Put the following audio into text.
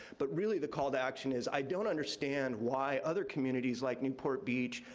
but really the call to action is i don't understand why other communities like newport beach,